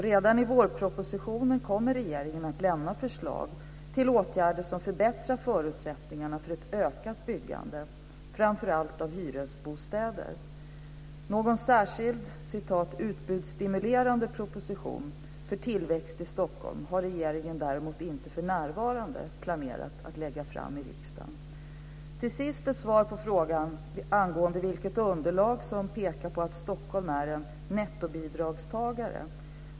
Redan i vårpropositionen kommer regeringen att lämna förslag till åtgärder som förbättrar förutsättningarna för ett ökat byggande, framför allt av hyresbostäder. Någon särskild "utbudsstimulerande" proposition för tillväxt i Stockholm har regeringen däremot inte för närvarande planerat att lägga fram i riksdagen. Till sist ett svar på frågan angående vilket underlag som pekar på att Stockholm är en nettobidragstagare.